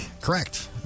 Correct